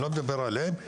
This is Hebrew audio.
אני לא מדבר עליו,